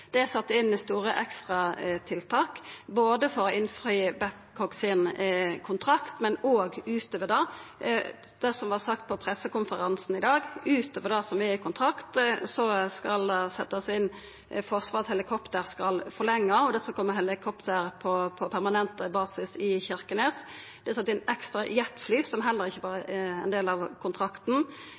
er sett inn store ekstratiltak både for å innfri kontrakten til Babcock, og òg utover det. Det som vart sagt på pressekonferansen i dag, var at utover det som er i kontrakten, skal ein forlenga Forsvarets helikopterberedskap, og det skal koma helikopter på permanent basis i Kirkenes. Det er sett inn ekstra jetfly, som heller ikkje har vore ein del av